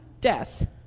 death